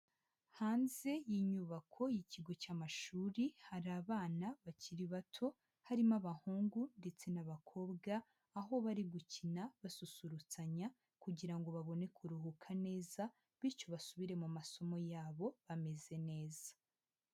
Hanze y'inyubako y'ikigo cy'amashuri hari abana bakiri bato, harimo abahungu ndetse n'abakobwa aho bari gukina basusurutsanya kugira ngo babone kuruhuka neza, bityo basubire mu masomo yabo ameze neza.